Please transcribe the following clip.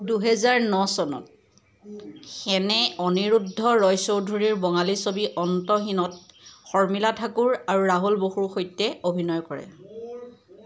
দুহেজাৰ ন চনত সেনে অন্নিৰুদ্ধ ৰয় চৌধুৰীৰ বঙালী ছবি অন্তহীনত শৰ্মিলা ঠাকুৰ আৰু ৰাহুল বসুৰ সৈতে অভিনয় কৰে